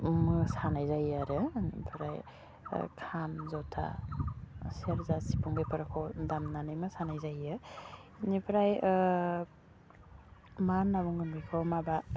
मोसानाय जायो आरो ओमफ्राय खाम ज'था सेरजा सिफुं बेफोरखौ दामनानै मोसानाय जायो बिनिफ्राय मा होन्ना बुंगोन बेखौ माबा